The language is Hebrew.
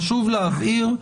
חשוב להבהיר,